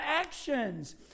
actions